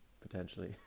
potentially